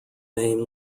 name